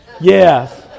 Yes